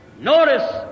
Notice